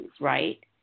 right